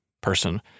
person